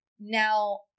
Now